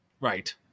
Right